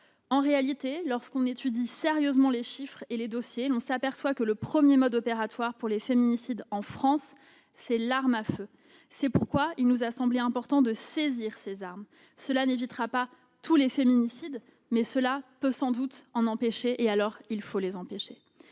En réalité, lorsqu'on étudie sérieusement les chiffres et les dossiers, on s'aperçoit que le premier mode opératoire pour les féminicides en France est l'arme à feu. C'est pourquoi il nous a semblé important de saisir ces armes. Cela n'évitera pas tous les féminicides, mais cela pourra sans doute en empêcher. Grâce à cette action